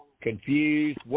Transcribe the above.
confused